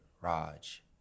Raj